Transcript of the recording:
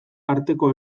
arteko